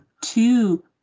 two